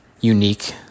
unique